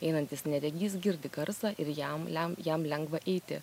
einantis neregys girdi garsą ir jam lem jam lengva eiti